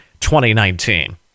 2019